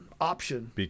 option